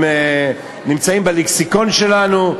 הם נמצאים בלקסיקון שלנו,